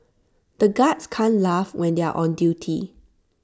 the guards can't laugh when they are on duty